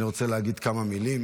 אני רוצה להגיד כמה מילים